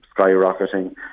skyrocketing